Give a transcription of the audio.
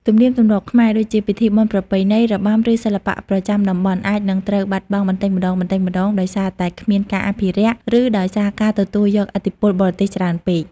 ទំនៀមទម្លាប់ខ្មែរ ដូចជាពិធីបុណ្យប្រពៃណី របាំ ឬសិល្បៈប្រចាំតំបន់ អាចនឹងត្រូវបាត់បង់បន្តិចម្តងៗ ដោយសារតែគ្មានការអភិរក្ស ឬដោយសារការទទួលយកឥទ្ធិពលបរទេសច្រើនពេក។